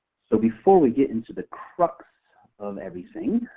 so before we get into the crux of everything,